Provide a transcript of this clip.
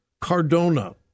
Cardona